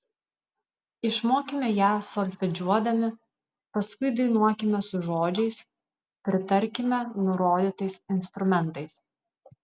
išmokime ją solfedžiuodami paskui dainuokime su žodžiais pritarkime nurodytais instrumentais